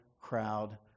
crowd